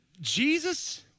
Jesus